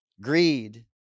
Greed